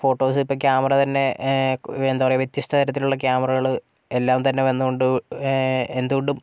ഫോട്ടോസിപ്പോൾ camera തന്നെ എന്താ പറയാ വ്യത്യസ്ഥത്തരത്തിലുള്ള ക്യാമറകൾ എല്ലാം തന്നെ വന്നുകൊണ്ട് എന്തുകൊണ്ടും